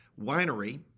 winery